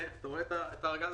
אתם רואים את הארגז